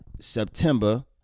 september